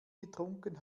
getrunken